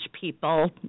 people